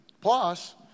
Plus